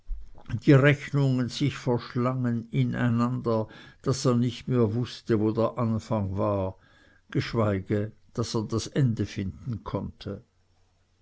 die rechnungen sich verschlangen in einander daß er nicht mehr wußte wo der anfang war geschweige daß er das ende finden konnte